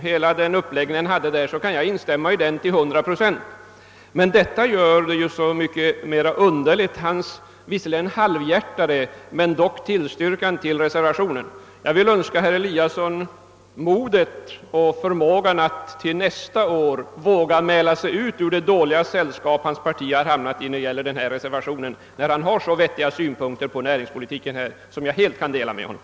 Men det gör hans tillstyrkande av reservationen — låt vara att det var halvhjärtat — så mycket mera underligt. Jag vill önska herr Eliasson modet och förmågan att till nästa år mäla sig ut ur det dåliga sällskap hans parti här hamnat i; han har ju så vettiga synpunkter på näringspolitiken. Dem delar jag helt.